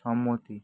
সম্মতি